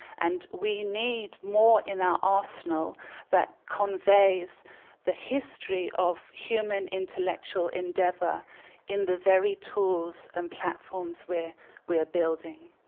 and we need more in ah arsenal that conveys the history of human intellectual endeavor in the very tools and platforms we're we're building.